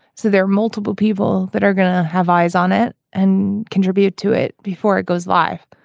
so there are multiple people that are going to have eyes on it and contribute to it before it goes live.